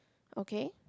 okay